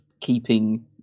keeping